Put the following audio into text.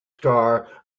star